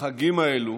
החגים האלה